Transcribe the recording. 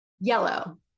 Yellow